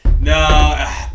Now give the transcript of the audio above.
no